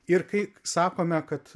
ir kai sakome kad